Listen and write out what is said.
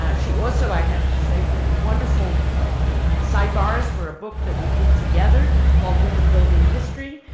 ah she also, i have to say, did wonderful sidebars for a book that we did together called women building history,